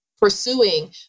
pursuing